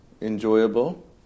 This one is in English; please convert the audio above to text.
enjoyable